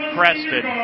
Preston